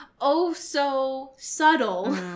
oh-so-subtle